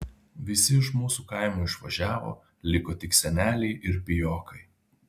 visi iš mūsų kaimo išvažiavo liko tik seneliai ir pijokai